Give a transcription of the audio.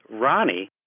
Ronnie